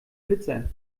blitzer